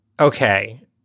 Okay